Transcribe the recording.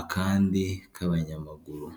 akandi k'abanyamaguru.